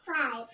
Five